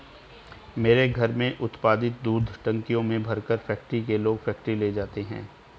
मेरे घर में उत्पादित दूध टंकियों में भरकर फैक्ट्री के लोग फैक्ट्री ले जाते हैं